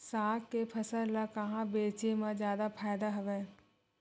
साग के फसल ल कहां बेचे म जादा फ़ायदा हवय?